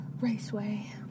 Raceway